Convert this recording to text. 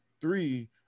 Three